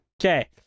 okay